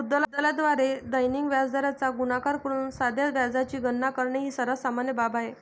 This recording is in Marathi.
मुद्दलाद्वारे दैनिक व्याजदराचा गुणाकार करून साध्या व्याजाची गणना करणे ही सर्वात सामान्य बाब आहे